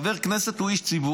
חבר כנסת הוא איש ציבור,